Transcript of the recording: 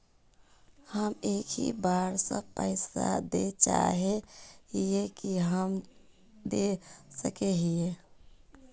हम एक ही बार सब पैसा देल चाहे हिये की हम दे सके हीये?